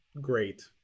great